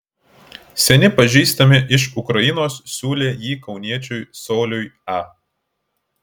seni pažįstami iš ukrainos siūlė jį kauniečiui sauliui a